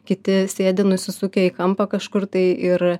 kiti sėdi nusisukę į kampą kažkur tai ir